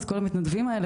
את כל המתנדבים האלה,